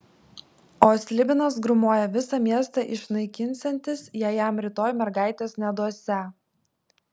o slibinas grūmoja visą miestą išnaikinsiantis jei jam rytoj mergaitės neduosią